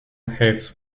حفظ